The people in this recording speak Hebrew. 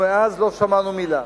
ומאז לא שמענו מלה.